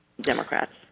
Democrats